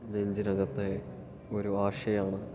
നെഞ്ചിനകത്തെ ഒരു ആശയാണ്